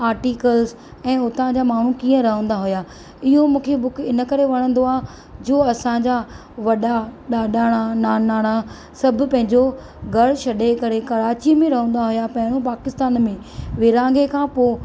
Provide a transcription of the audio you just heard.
articles ऐं हुता जा माण्हूं कीअं रहंदा हुया इहो मूंखे बुक इन करे वणंदो आहे जो असांजा वॾा ॾाॾाणा नानाणा सभु पंहिंजो घरु छॾे करे कराची मे रहंदा हुया पहिरियों पाकिस्तान मे विरांङे खां पोइ